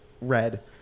red